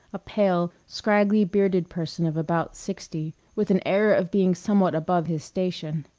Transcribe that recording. a pale, scraggly bearded person of about sixty, with an air of being somewhat above his station.